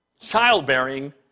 childbearing